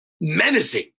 menacing